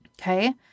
Okay